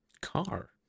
Car